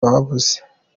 babuze